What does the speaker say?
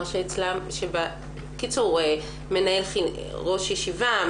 ראש ישיבה,